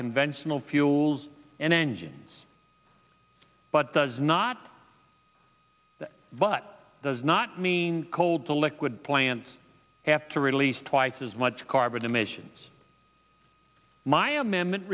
conventional fuels and engines but does not but does not mean cold the liquid plants have to release twice as much carbon emissions my m m